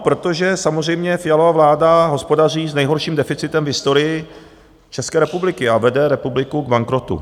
Protože samozřejmě Fialova vláda hospodaří s nejhorším deficitem v historii České republiky a vede republiku k bankrotu.